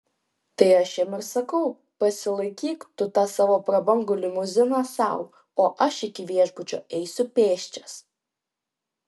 tai aš jam ir sakau pasilaikyk tu tą savo prabangu limuziną sau o aš iki viešbučio eisiu pėsčias